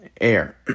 air